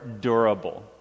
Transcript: durable